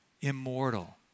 Immortal